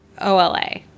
OLA